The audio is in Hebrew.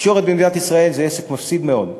תקשורת במדינת ישראל זה עסק מפסיד מאוד.